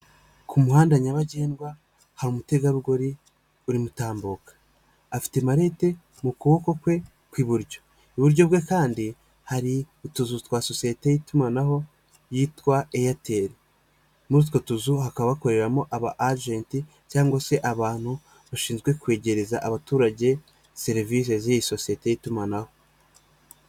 Ku muhanda nyabagendwa hari umutegarugori urio utambuka, afite mareti mu kuboko kwe kw'iburyo, iburyo bwe kandi hari utuzu twa sosiyete y'itumanaho yitwa Airtel, muri utwo tuzu hakaba bakoreramo aba ajenti cyangwa se abantu bashinzwe kwegereza abaturage serivisi z'iyi sosiyete y'itumanaho.